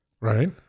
Right